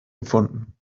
gefunden